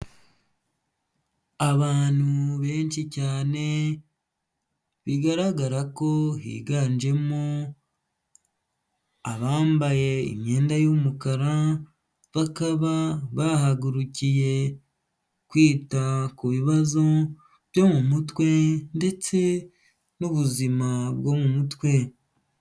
Abantu benshi cyane bigaragara ko higanjemo abambaye imyenda y'umukara, bakaba bahagurukiye kwita ku bibazo byo mu mutwe ndetse n'ubuzima bwo mu mutwe.